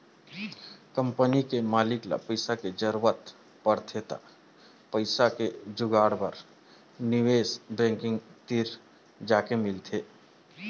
company के मालिक ल पइसा के जरूरत परथे त पइसा के जुगाड़ बर निवेस बेंकिग तीर जाके मिलथे